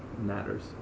matters